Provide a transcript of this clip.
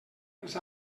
els